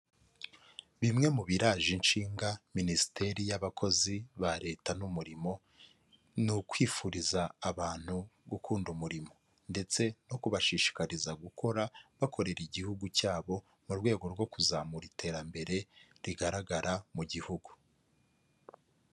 Bimwe mu biraje inshinga minisiteri y'abakozi ba leta n'umurimo, ni ukwifuriza abantu gukunda umurimo ndetse no kubashishikariza gukora bakorera igihugu cyabo mu rwego rwo kuzamura iterambere rigaragara mu gihugu.